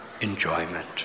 enjoyment